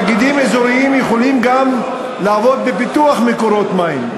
גם תאגידים אזוריים יכולים לעבוד בפיתוח מקורות מים,